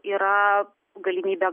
yra galimybė